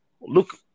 look